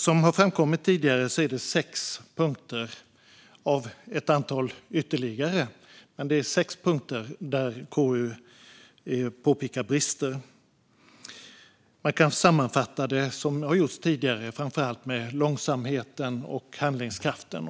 Som har framkommit tidigare är det på sex punkter, av ett antal ytterligare, som KU påpekar brister. Det kan sammanfattas, som har gjorts tidigare, med framför allt långsamheten och handlingskraften.